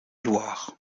loire